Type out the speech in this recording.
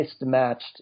mismatched